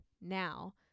now